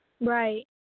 Right